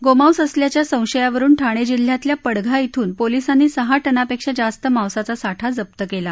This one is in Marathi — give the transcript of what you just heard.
गोमांस असल्याच्या संशयावरुन ठाणे जिल्ह्यातल्या पडघा श्रिन पोलिसांनी सहा टनापेक्षा जास्त मांसाचा साठा जप्त केला